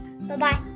bye-bye